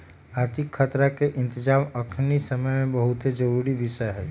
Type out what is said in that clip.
आर्थिक खतरा के इतजाम अखनीके समय में बहुते जरूरी विषय हइ